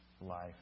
life